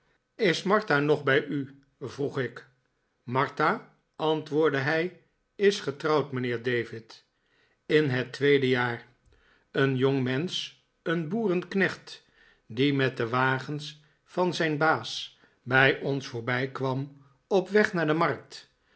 is martha nog bij u vroeg ik martha antwoordde hij is getrouwd mijnheer david in net tweede jaar een jongmensch een boerenknecht die met de wagens van zijn baas bij ons voorbijkwam op weg naar de markt